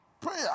prayer